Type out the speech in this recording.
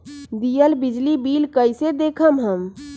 दियल बिजली बिल कइसे देखम हम?